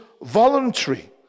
voluntary